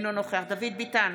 אינו נוכח דוד ביטן,